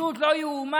פשוט לא ייאמן.